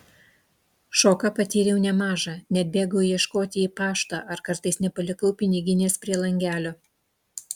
šoką patyriau nemažą net bėgau ieškoti į paštą ar kartais nepalikau piniginės prie langelio